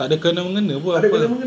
takde kena-mengena pun apa